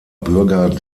bürger